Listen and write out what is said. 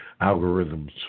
algorithms